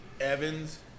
Evans